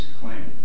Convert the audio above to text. claim